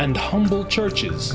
and churches